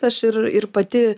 aš ir ir pati